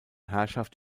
herrschaft